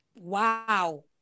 Wow